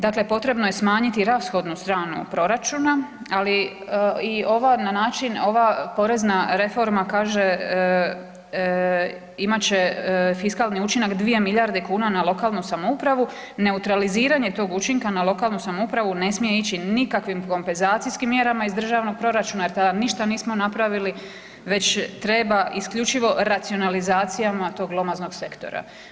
Dakle, potrebno je smanjiti i rashodnu stranu proračuna, ali i ova na način, ova porezna reforma kaže, imat će fiskalni učinak 2 milijarde kuna na lokalnu samoupravu, neutraliziranje tog učinka na lokalnu samoupravu ne smije ići nikakvim kompenzacijskim mjerama iz državnog proračuna jer tada ništa nismo napravili već treba isključivo racionalizacijama tog glomaznog sektora.